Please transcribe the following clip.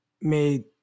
made